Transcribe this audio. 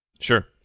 Sure